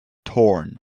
thorn